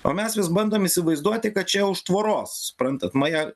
o mes vis bandom įsivaizduoti kad čia už tvoros suprantat maja